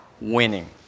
Winning